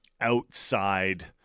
outside